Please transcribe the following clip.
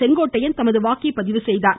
செங்கோட்டையன் தனது வாக்கை பதிவுசெய்தார்